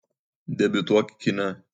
debiutuok kine